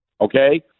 Okay